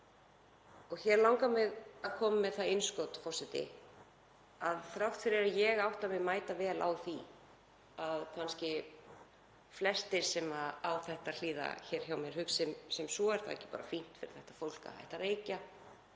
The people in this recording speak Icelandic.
Hér langar mig að koma með það innskot, forseti, að ég átti mig mætavel á því að kannski flestir sem á þetta hlýða hér hjá mér hugsa sem svo: Er ekki bara fínt fyrir þetta fólk að hætta að reykja?